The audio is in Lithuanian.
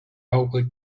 auga